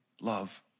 love